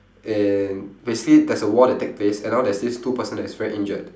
and basically there's a war that take place and now there's this two person that is very injured